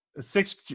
Six –